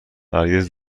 هرگز